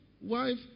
wife